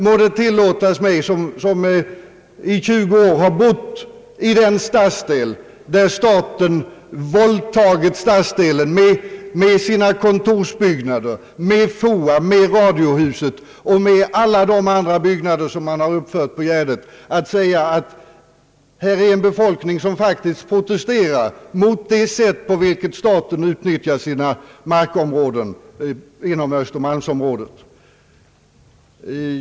Må det tilllåtas mig som i 20 år bott i den stadsdel som staten våldtagit med sina kontorsbyggnader, med FOA, med radiohuset och med alla de andra byggnader som man uppfört på Gärdet, att säga att här är en befolkning som faktiskt protesterar mot det sätt på vilket staten utnyttjar sina markområden på Östermalm.